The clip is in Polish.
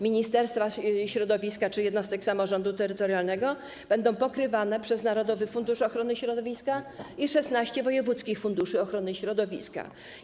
Ministerstwa Środowiska czy jednostek samorządu terytorialnego będą pokrywane przez narodowy fundusz ochrony środowiska i 16 wojewódzkich funduszy ochrony środowiska.